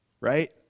right